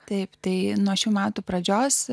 taip tai nuo šių metų pradžios